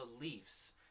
beliefs